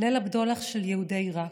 "ליל הבדולח של יהודי עיראק".